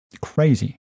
Crazy